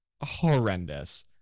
horrendous